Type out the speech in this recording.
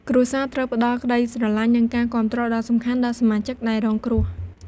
គ្រួសារត្រូវផ្ដល់ក្ដីស្រឡាញ់និងការគាំទ្រ ដ៏សំខាន់ដល់សមាជិកដែលរងគ្រោះ។